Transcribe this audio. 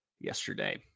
yesterday